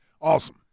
Awesome